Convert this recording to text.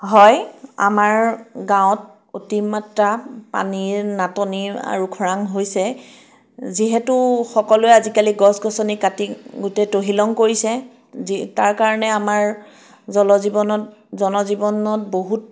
হয় আমাৰ গাঁৱত অতিমাত্ৰা পানীৰ নাটনি আৰু খৰাং হৈছে যিহেতু সকলোৱে আজিকালি গছ গছনি কাটি গোটেই তহিলং কৰিছে যি তাৰকাৰণে আমাৰ জলজীৱনত জনজীৱনত বহুত